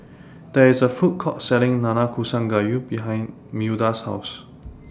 There IS A Food Court Selling Nanakusa Gayu behind Milda's House